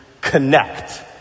connect